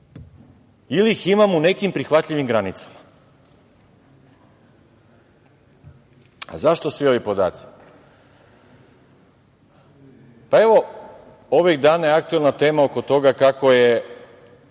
ili ih imamo u nekim prihvatljivim granicama.Zašto svi ovi podaci? Ovih dana je aktuelna tema oko toga kako jedan